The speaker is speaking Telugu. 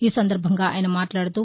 ఈ సందర్భంగా ఆయన మాట్లాదుతూ